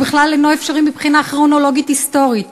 והוא בכלל אינו אפשרי מבחינה כרונולוגית היסטורית,